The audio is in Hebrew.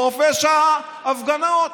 חופש ההפגנות.